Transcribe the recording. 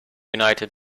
united